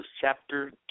chapter